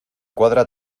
cuadra